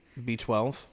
B12